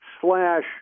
slash